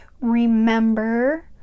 remember